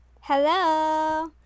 Hello